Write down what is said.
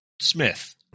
Smith